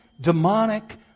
demonic